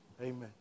Amen